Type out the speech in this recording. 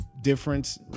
difference